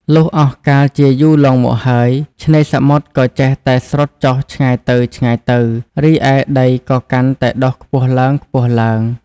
លុះអស់កាលជាយូរលង់មកហើយ ឆ្នេរសមុទ្រក៏ចេះតែស្រុតចុះឆ្ងាយទៅៗ រីឯដីក៏កាន់តែដុះខ្ពស់ឡើងៗ ។